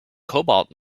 cobalt